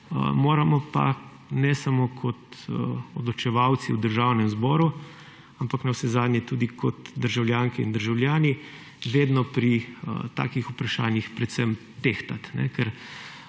moramo pa ne samo kot odločevalci v Državnem zboru, ampak navsezadnje tudi kot državljanke in državljani vedno pri takih vprašanjih predvsem tehtati, ker